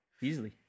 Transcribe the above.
easily